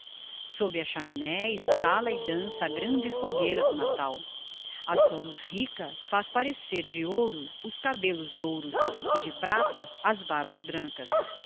sob a chaminé estala e dança a grande fogueira do natal a sua luz rica faz parecer de ouro os cabellos louros e de prata as barbas brancas